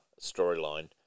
storyline